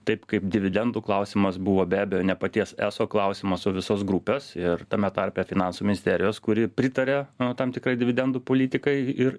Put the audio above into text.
taip kaip dividendų klausimas buvo be abejo ne paties eso klausimas o visos grupės ir tame tarpe finansų ministerijos kuri pritaria tam tikrai dividendų politikai ir